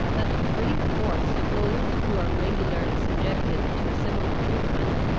that three fourths of those who are regularly subjected to a similar treatment,